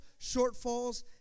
shortfalls